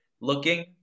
looking